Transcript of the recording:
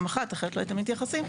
היום יום חמישי,